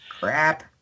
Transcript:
Crap